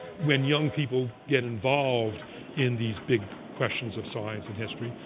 when young people get involved in these big questions of science and history,